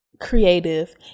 creative